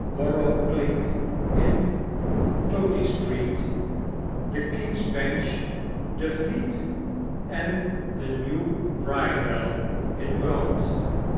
in tootey street de king's bench de fleet en de new bridewell in brand